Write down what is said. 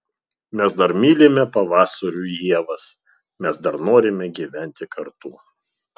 mes dar mylime pavasarių ievas mes dar norime gyventi kartu